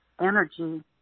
energy